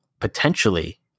potentially